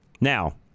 Now